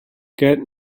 get